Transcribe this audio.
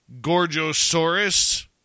Gorgosaurus